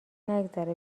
نگذره